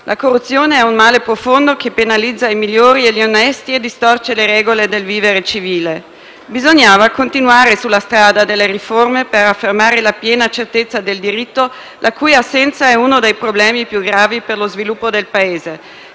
La corruzione è un male profondo che penalizza i migliori e gli onesti e distorce le regole del vivere civile. Bisognava continuare sulla strada delle riforme per affermare la piena certezza del diritto, la cui assenza è uno dei problemi più gravi per lo sviluppo del Paese.